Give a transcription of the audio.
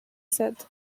said